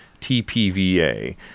TPVA